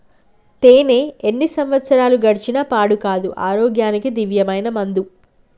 తేనే ఎన్ని సంవత్సరాలు గడిచిన పాడు కాదు, ఆరోగ్యానికి దివ్యమైన మందు